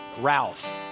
Ralph